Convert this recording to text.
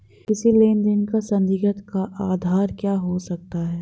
किसी लेन देन का संदिग्ध का आधार क्या हो सकता है?